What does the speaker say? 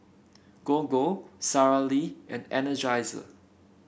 Gogo Sara Lee and Energizer